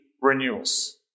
renewals